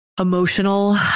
emotional